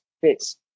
fits